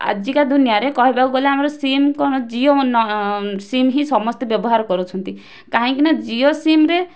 ଆଜିକା ଦୁନିଆରେ କହିବାକୁ ଗଲେ ଆମର ସିମ୍ କ'ଣ ଜିଓ ନ ସିମ୍ ହିଁ ସମସ୍ତେ ବ୍ୟବହାର କରୁଛନ୍ତି କାହିଁକି ନା ଜିଓ ସିମ୍ ରେ